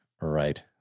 right